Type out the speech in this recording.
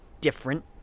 different